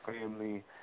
family